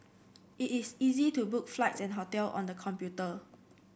it is easy to book flights and hotel on the computer